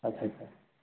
ଆଚ୍ଛା ଆଚ୍ଛା